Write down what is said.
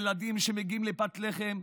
ילדים שמגיעים לפת לחם,